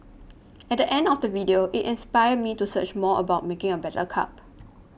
at the end of the video it inspired me to search more about making a better cup